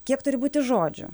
kiek turi būti žodžių